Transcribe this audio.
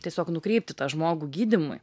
tiesiog nukreipti tą žmogų gydymui